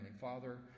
Father